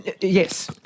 Yes